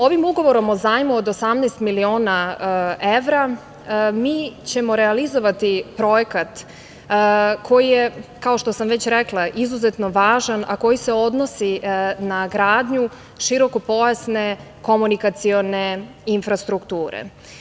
Ovim ugovorom o zajmu od 18 miliona evra mi ćemo realizovati projekat koji je, kao što sam već rekla, izuzetno važan, a koji se odnosi na gradnju širokopojasne komunikacione infrastrukture.